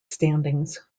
standings